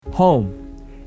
Home